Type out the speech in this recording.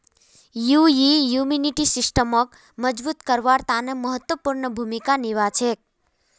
यई इम्यूनिटी सिस्टमक मजबूत करवार तने महत्वपूर्ण भूमिका निभा छेक